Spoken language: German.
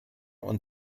und